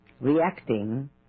reacting